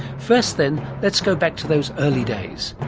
first then, let's go back to those early days,